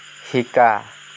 শিকা